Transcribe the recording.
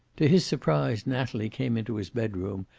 to his surprise, natalie came into his bedroom,